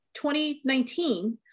2019